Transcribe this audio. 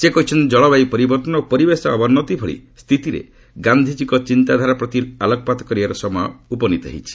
ସେ କହିଛନ୍ତି ଜଳବାୟୁ ପରିବର୍ତ୍ତନ ଓ ପରିବେଶ ଅବନ୍ନତି ଭଳି ସ୍ଥିତିରେ ଗାନ୍ଧିଜୀଙ୍କ ଚିନ୍ତାଧାରା ପ୍ରତି ଆଲୋକପାତ କରିବାର ସମୟ ଉପନୀତ ହୋଇଛି